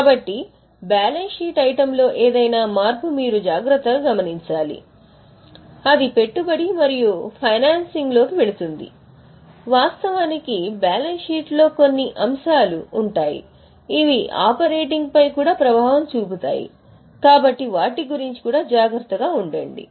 కాబట్టి balance sheet ఐటెమ్లో ఏదైనా మార్పు మీరు జాగ్రత్తగా గమనించాలి అది పెట్టుబడి మరియు ఫైనాన్సింగ్లోకి వెళుతుంది వాస్తవానికి బ్యాలెన్స్ షీట్లో కొన్ని అంశాలు ఉంటాయి ఇవి ఆపరేటింగ్పై కూడా ప్రభావం చూపుతాయి కాబట్టి వాటి గురించి జాగ్రత్తగా ఉండండి